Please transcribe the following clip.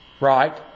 right